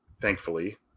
Thankfully